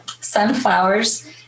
sunflowers